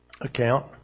account